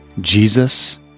Jesus